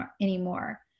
anymore